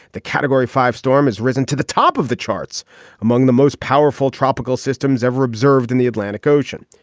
the category five storm has risen to the top of the charts among the most powerful tropical systems ever observed in the atlantic ocean.